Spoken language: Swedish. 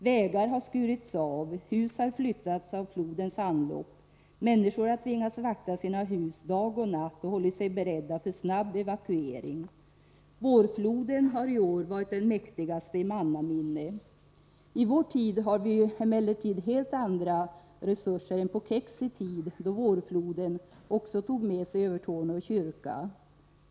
Vägar har skurits av, hus har flyttats av flodens anlopp, människor har tvingats vakta sina hus dag och natt och hållit sig beredda för snabb evakuering. Vårfloden har i år varit den mäktigaste i mannaminne. I vår tid har vi emellertid helt andra resurser än på Keksis tid, då vårfloden också tog med sig Övertorneå kyrka.